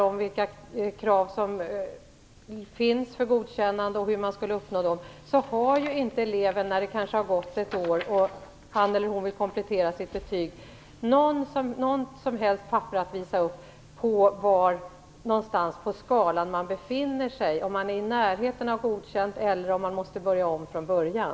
Hur mycket de enskilda lärarna än berättat i muntliga samtal om vilka krav som finns för godkännande och hur man skall uppnå dem har eleven ändå inte något som helst papper att visa upp på var någonstans på skalan han eller hon befinner sig - om man är i närheten av godkänt eller om man måste börja om från början.